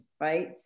right